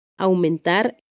Aumentar